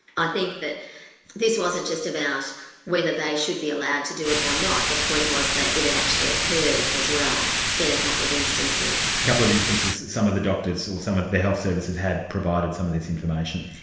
i think that this wasn't just about whether they should be allowed to do it or not, the point was that it had actually occurred as well in a couple of instances. a couple of instances, some of the doctors or some of the health services had provided some of this information?